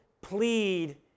plead